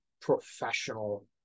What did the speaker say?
professional